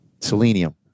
selenium